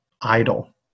idle